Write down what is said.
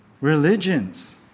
religions